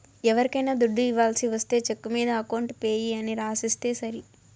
ఎవరికైనా దుడ్డు ఇవ్వాల్సి ఒస్తే చెక్కు మీద అకౌంట్ పేయీ అని రాసిస్తే సరి